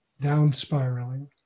down-spiraling